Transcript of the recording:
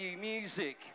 music